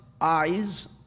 eyes